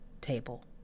table